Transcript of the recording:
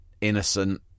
innocent